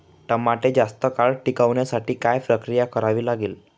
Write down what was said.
टमाटे जास्त काळ टिकवण्यासाठी काय प्रक्रिया करावी लागेल?